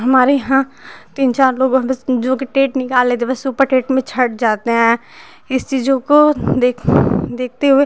हमारे यहाँ तीन चार लोग हैं बस जो कि टेट निकाल लेते बस सुपर टेट छट जाते हैं इस चीजों को देख देखते हुए